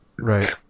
right